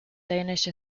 danish